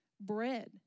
bread